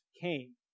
came